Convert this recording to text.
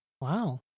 Wow